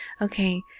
Okay